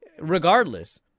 regardless